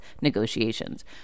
negotiations